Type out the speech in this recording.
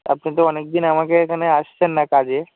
আপনি তো অনেকদিন আমাকে এখানে আসছেন না কাজে